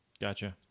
Gotcha